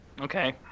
Okay